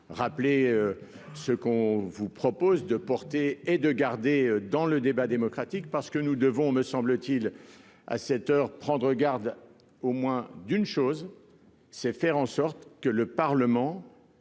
Rappeler. Ce qu'on vous propose de porter et de garder dans le débat démocratique, parce que nous devons me semble-t-il, à cette heure prendre garde au moins d'une chose, c'est faire en sorte que le Parlement